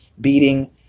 beating